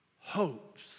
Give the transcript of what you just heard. hopes